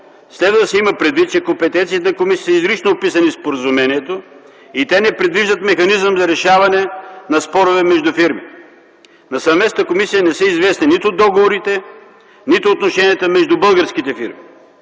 Следва да се има предвид, че компетенциите на комисията са изрично описани в споразумението и те не предвиждат механизъм за решаване на спорове между фирми. На съвместната комисия не са известни нито договорите, нито отношенията между българските фирми.